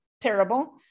terrible